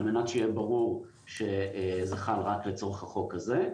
על מנת שיהיה ברור שזה חל רק לחוק הזה.